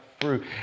fruit